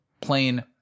plain